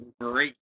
great